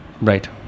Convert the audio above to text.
Right